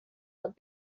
what